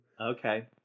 Okay